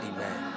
Amen